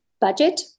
budget